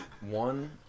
One